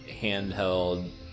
handheld